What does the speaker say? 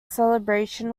celebration